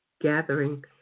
gathering